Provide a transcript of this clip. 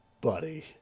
Buddy